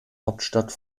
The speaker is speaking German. hauptstadt